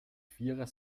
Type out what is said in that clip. vierer